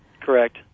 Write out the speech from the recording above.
Correct